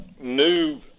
new